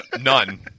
none